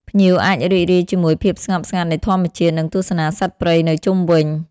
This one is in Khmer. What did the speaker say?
ភ្ញៀវអាចរីករាយជាមួយភាពស្ងប់ស្ងាត់នៃធម្មជាតិ និងទស្សនាសត្វព្រៃនៅជុំវិញ។